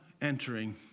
entering